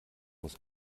muss